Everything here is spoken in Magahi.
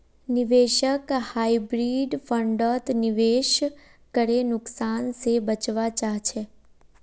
निवेशक हाइब्रिड फण्डत निवेश करे नुकसान से बचवा चाहछे